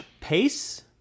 Pace